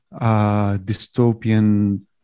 dystopian